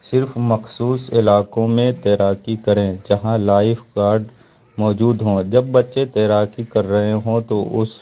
صرف مخصوص علاقوں میں تیراکی کریں جہاں لائف گارڈ موجود ہوں جب بچے تیراکی کر رہے ہوں تو اس